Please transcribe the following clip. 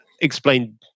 explain